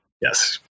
Yes